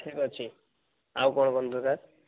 ଠିକ୍ ଅଛି ଆଉ କଣ କଣ ଦରକାର